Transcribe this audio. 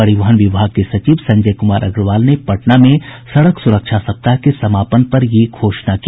परिवहन विभाग के सचिव संजय कुमार अग्रवाल ने पटना में सड़क सुरक्षा सप्ताह के समापन पर यह घोषणा की